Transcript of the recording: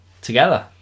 together